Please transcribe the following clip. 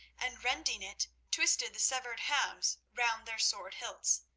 and rending it, twisted the severed halves round their sword hilts.